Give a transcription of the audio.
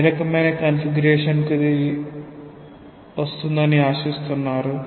ఏ రకమైన కాన్ఫిగరేషన్ కు ఇది వస్తుందని ఆశిస్తున్నారు